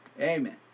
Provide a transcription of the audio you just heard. Amen